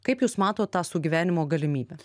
kaip jūs matot tas sugyvenimo galimybes